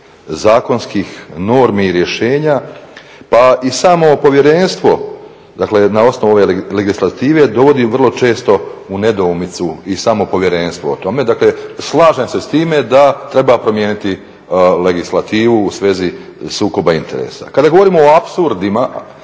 zakonskih normi i rješenja. Pa i samo povjerenstvo na osnovu ove legislative dovodi vrlo često u nedoumicu i samo povjerenstvo o tome. Dakle slažem se s time da treba promijeniti legislativu u svezi sukoba interesa. Kada govorimo o apsurdima,